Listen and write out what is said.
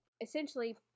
essentially